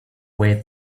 way